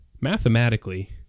mathematically